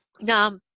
now